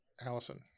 Allison